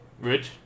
Rich